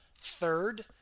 Third